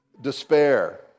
Despair